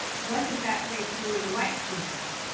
what does that say to the white students?